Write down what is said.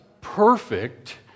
perfect